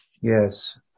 Yes